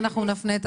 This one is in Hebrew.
אני מכיר